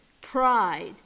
pride